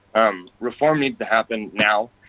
um reform needs to happen, now!